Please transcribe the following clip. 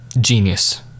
Genius